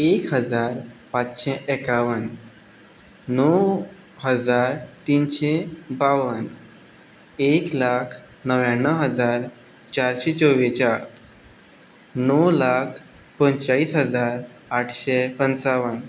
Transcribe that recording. एक हजार पांचशे एकावन णव हजार तिनशीं बावन एक लाख णव्याणव हजार चारशी णव लाख आठशे पंचावन